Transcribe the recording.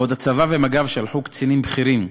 בעוד הצבא ומג"ב שלחו קצינים בכירים,